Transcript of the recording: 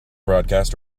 broadcast